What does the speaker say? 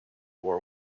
war